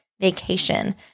vacation